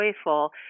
joyful